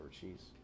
cheese